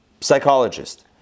psychologist